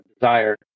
desire